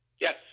Yes